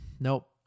Nope